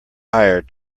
hired